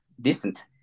decent